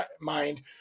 mind